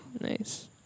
Nice